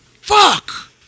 Fuck